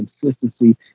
consistency